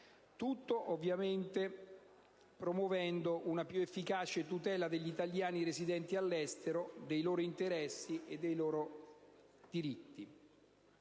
Tutto, ovviamente, promuovendo una più efficace tutela degli italiani residenti all'estero, dei loro interessi e dei loro diritti.